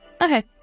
Okay